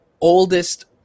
oldest